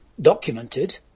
documented